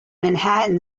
manhattan